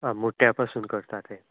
आं मोत्यां पसून करता तें